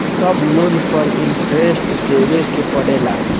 सब लोन पर इन्टरेस्ट देवे के पड़ेला?